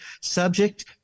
subject